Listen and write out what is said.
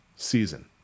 season